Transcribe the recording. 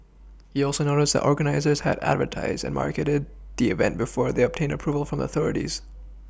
he also noted that the organisers had advertised and marketed the event before they obtained Approval from the authorities